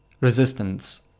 resistance